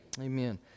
Amen